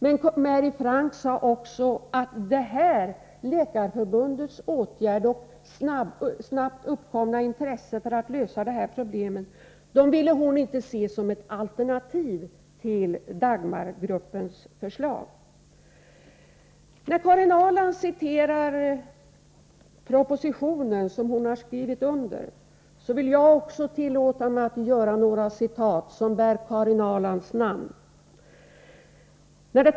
Men Mary Frank sade också att Läkarförbundets åtgärder och snabbt uppkomna intresse för att lösa problemen inte utgjorde något alternativ till Dagmargruppens förslag. Karin Ahrland citerar ur den proposition som hon själv skrivit under. Även jag vill citera vad Karin Ahrland där sagt.